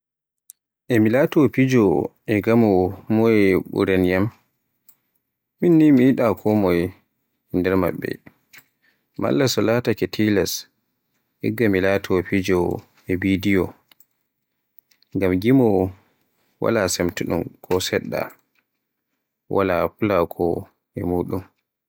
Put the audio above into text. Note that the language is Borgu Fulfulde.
E mi laato fijowo e gamowo moye ɓuraniyaam, min ni mi yiɗa kon moye e nder maɓɓe, malla so laatake tilas, igga mi laato fijowo e bidiyo. Ngam gamowo Wala semtuɗum ko seɗɗa, wala fulaako e muɗum.